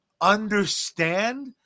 understand